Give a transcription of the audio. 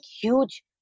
huge